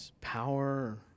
power